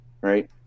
right